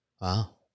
Wow